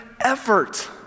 effort